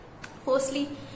firstly